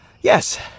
yes